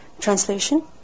Translation